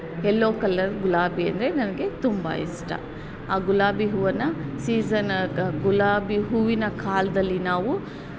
ಎಲ್ಲೊ colour ಗುಲಾಬಿ ಅಂದರೆ ನನಗೆ ತುಂಬ ಇಷ್ಟ ಆ ಗುಲಾಬಿ ಹೂವನ್ನು ಸೀಝನ್ ಗುಲಾಬಿ ಹೂವಿನ ಕಾಲದಲ್ಲಿ ನಾವು